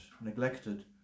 neglected